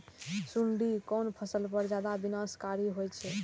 सुंडी कोन फसल पर ज्यादा विनाशकारी होई छै?